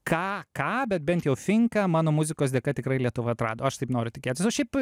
ką ką bet bent jau finką mano muzikos dėka tikrai lietuva atrado aš taip noriu tikėti nors šiaip